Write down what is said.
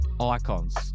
icons